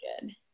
good